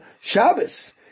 Shabbos